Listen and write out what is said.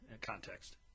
context